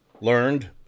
learned